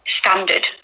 standard